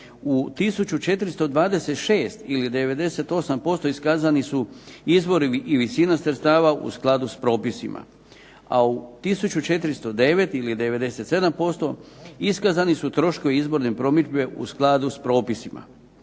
u 1426 ili 98% iskazani su izvori ili visina sredstava u skladu s propisima. A u 1409 ili 97% iskazani su troškovi izborne promidžbe u skladu s propisima.